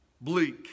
bleak